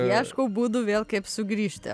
ieškau būdų vėl kaip sugrįžti